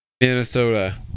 Minnesota